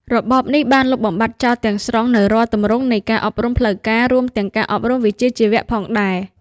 របបនេះបានលុបបំបាត់ចោលទាំងស្រុងនូវរាល់ទម្រង់នៃការអប់រំផ្លូវការ រួមទាំងការអប់រំវិជ្ជាជីវៈផងដែរ។